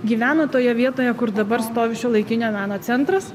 gyveno toje vietoje kur dabar stovi šiuolaikinio meno centras